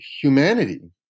humanity